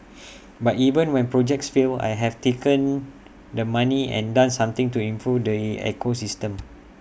but even when projects fail I have taken the money and done something to improve the ecosystem